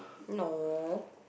no